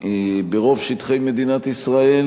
ברוב שטחי מדינת ישראל,